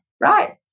right